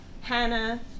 Hannah